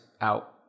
out